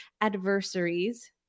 adversaries